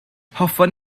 hoffwn